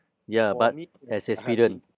ya but as experience